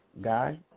guy